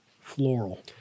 floral